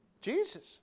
Jesus